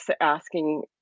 asking